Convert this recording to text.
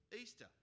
Easter